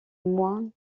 moins